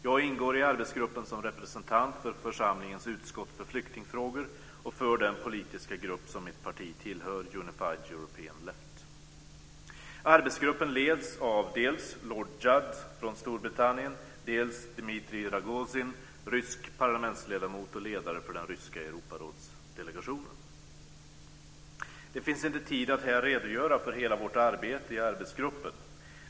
Jag ingår i arbetsgruppen som representant för församlingens utskott för flyktingfrågor och för den politiska grupp som mitt parti tillhör, Unified European Left. Arbetsgruppen leds av dels lord Judd från Storbritannien, dels Dmitri Rogozin, rysk parlamentsledamot och ledare för den ryska Det finns inte tid att här redogöra för hela vårt arbete i arbetsgruppen.